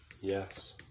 Yes